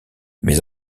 mes